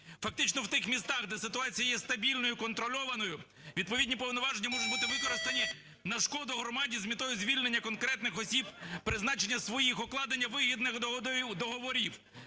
Фактично в тих містах, де ситуація є стабільною і контрольованою, відповідні повноваження можуть бути використані на шкоду громаді з метою звільнення конкретних осіб, призначення своїх, укладення вигідних договорів.